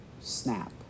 snap